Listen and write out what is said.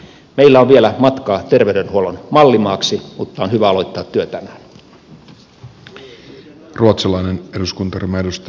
meillä on vielä matkaa terveydenhuollon mallimaaksi mutta on hyvä aloittaa työ tänään